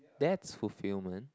that's fulfilment